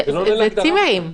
זה צימרים.